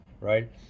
right